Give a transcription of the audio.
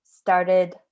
Started